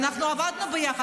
אנחנו עבדנו יחד,